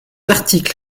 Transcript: article